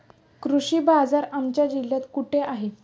कृषी बाजार आमच्या जिल्ह्यात कुठे आहे?